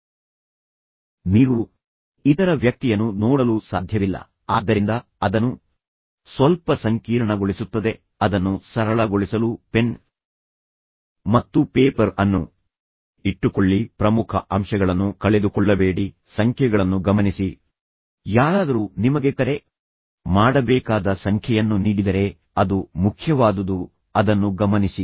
ಆದ್ದರಿಂದ ನಿಮ್ಮ ಸಂವಹನವನ್ನು ನೀವು ಮಾಡ್ಯುಲೇಟ್ ಮಾಡಬಹುದು ಆದರೆ ಈ ಸಂದರ್ಭದಲ್ಲಿ ನೀವು ಇತರ ವ್ಯಕ್ತಿಯನ್ನು ನೋಡಲು ಸಾಧ್ಯವಿಲ್ಲ ಆದ್ದರಿಂದ ಅದನ್ನು ಸ್ವಲ್ಪ ಸಂಕೀರ್ಣಗೊಳಿಸುತ್ತದೆ ಅದನ್ನು ಸರಳಗೊಳಿಸಲು ಪೆನ್ ಮತ್ತು ಪೇಪರ್ ಅನ್ನು ಇಟ್ಟುಕೊಳ್ಳಿ ಪ್ರಮುಖ ಅಂಶಗಳನ್ನು ಕಳೆದುಕೊಳ್ಳಬೇಡಿ ಸಂಖ್ಯೆಗಳನ್ನು ಗಮನಿಸಿ ಯಾರಾದರೂ ನಿಮಗೆ ಕರೆ ಮಾಡಬೇಕಾದ ಸಂಖ್ಯೆಯನ್ನು ನೀಡಿದರೆ ಅದು ಮುಖ್ಯವಾದುದು ನೀವು ಅದನ್ನು ಗಮನಿಸಿ ಇಲ್ಲದಿದ್ದರೆ ನೀವು ಅದನ್ನು ಮರೆತುಬಿಡುತ್ತೀರಿ